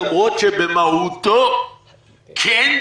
למרות שבמהותו כן,